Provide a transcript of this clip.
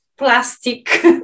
plastic